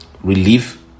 relief